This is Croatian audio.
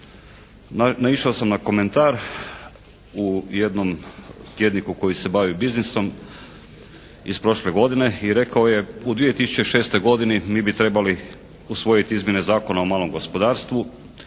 naišao sam na komentar u jednom tjedniku koji se bavi biznisom iz prošle godine i rekao je u 2006. godini mi bi trebali usvojiti izmjene Zakona o malom gospodarstvu,